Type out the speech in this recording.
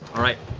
all right.